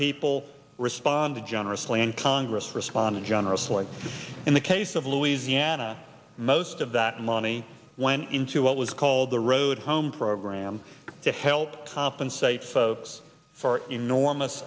people responded generously and congress responded generously in the case of louisiana most of that money went into what was called the road home program to help compensate folks for enormous